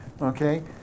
okay